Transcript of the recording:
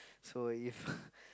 so if